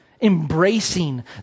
embracing